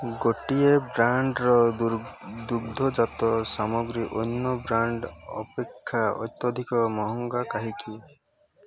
ଗୋଟିଏ ବ୍ରାଣ୍ଡର ଦୁଗ୍ଧଜାତ ସାମଗ୍ରୀ ଅନ୍ୟ ବ୍ରାଣ୍ଡ ଅପେକ୍ଷା ଅତ୍ୟଧିକ ମହଙ୍ଗା କାହିଁକି